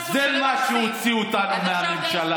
זה מה שהוציא אותנו מהממשלה.